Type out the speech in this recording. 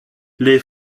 les